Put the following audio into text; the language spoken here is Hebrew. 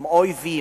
הם אויבים,